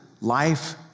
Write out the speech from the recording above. life